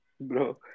Bro